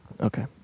Okay